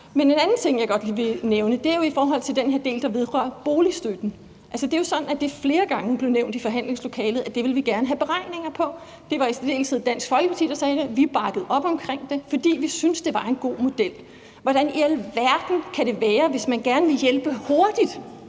ting, jeg godt lige vil nævne, er i forhold til den her del, der vedrører boligstøtten. Det er jo sådan, at det blev nævnt flere gange i forhandlingslokalet, at vi gerne ville have beregninger på det. Det var i særdeleshed Dansk Folkeparti, der sagde det, og vi bakkede op omkring det, fordi vi syntes, det var en god model. Hvordan i alverden kan det være, at man ikke greb